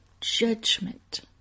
judgment